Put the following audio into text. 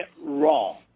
wrong